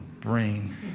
brain